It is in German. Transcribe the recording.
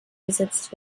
gesetzt